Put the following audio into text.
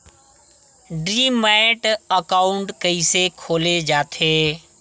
Demat account कइसे खोले जाथे?